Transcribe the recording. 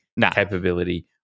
capability